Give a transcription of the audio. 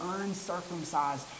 uncircumcised